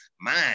mind